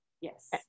Yes